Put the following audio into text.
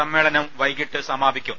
സമ്മേളനം വൈകിട്ട് സമാപിക്കും